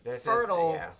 fertile